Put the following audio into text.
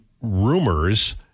rumors